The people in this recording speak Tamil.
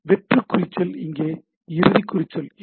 வெற்று குறிச்சொல் இங்கே இறுதி குறிச்சொல் இல்லை